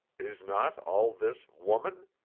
is not all this woman?